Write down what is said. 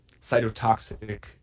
cytotoxic